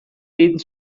egin